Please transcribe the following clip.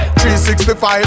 365